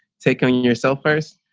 taking yourself first.